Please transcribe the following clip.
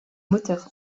moteur